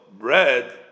bread